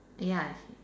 ya